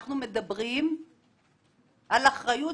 אנחנו מדברים על אחריות,